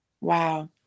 Wow